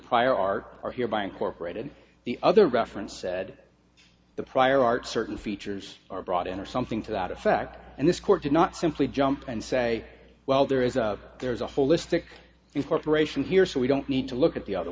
prior art are hereby incorporated the other reference said the prior art certain features are brought in or something to that effect and this court did not simply jump and say well there is a there's a holistic incorporation here so we don't need to look at the other